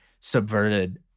subverted